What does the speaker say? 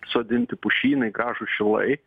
sodinti pušynai gražūs šilai